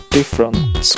different